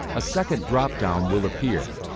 a second dropdown will appear.